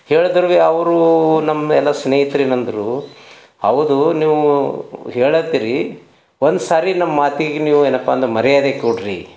ಹೇಳಿದ್ರು ಭೀ ಅವರು ನಮ್ಮೆಲ್ಲ ಸ್ನೇಹಿತ್ರು ಏನಂದ್ರು ಹೌದು ನೀವೂ ಹೇಳತ್ರೀ ಒಂದ್ಸರಿ ನಮ್ಮ ಮಾತಿಗೆ ನೀವು ಏನಪ್ಪಾ ಅಂದ್ರೆ ಮರ್ಯಾದೆ ಕೊಡಿರಿ